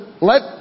let